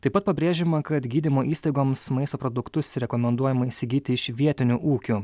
taip pat pabrėžiama kad gydymo įstaigoms maisto produktus rekomenduojama įsigyti iš vietinių ūkių